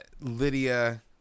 Lydia